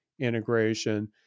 integration